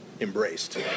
embraced